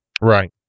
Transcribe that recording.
Right